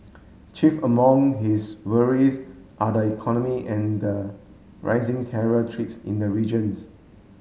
chief among his worries are the economy and the rising terror treats in the regions